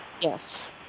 Yes